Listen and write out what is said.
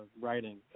Writing